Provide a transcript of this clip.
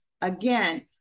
again